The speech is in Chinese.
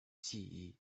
记忆